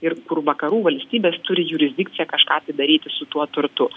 ir kur vakarų valstybės turi jurisdikciją kažką tai daryti su tuo turtu